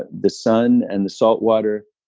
but the sun and the saltwater